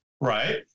right